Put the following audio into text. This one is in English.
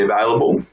available